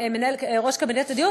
ראש קבינט הדיור,